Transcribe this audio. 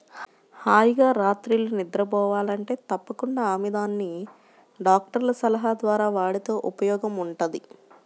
హాయిగా రాత్రిళ్ళు నిద్రబోవాలంటే తప్పకుండా ఆముదాన్ని డాక్టర్ల సలహా ద్వారా వాడితే ఉపయోగముంటది